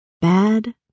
Bad